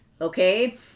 okay